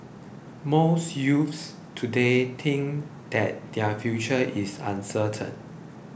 most youths today think that their future is uncertain